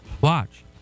Watch